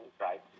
right